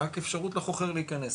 אפשרות לחוכר להיכנס